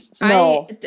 No